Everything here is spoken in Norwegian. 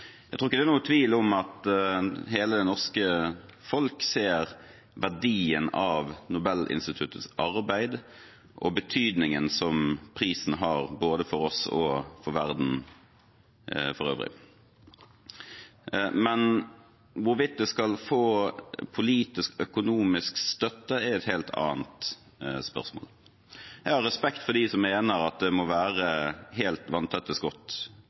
Jeg tror ikke det er noen tvil om at hele det norske folk ser verdien av Nobelinstituttets arbeid og betydningen som prisen har, både for oss og for verden for øvrig, men hvorvidt det skal få politisk, økonomisk støtte, er et helt annet spørsmål. Jeg har respekt for dem som mener at det må være helt